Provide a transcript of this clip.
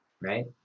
right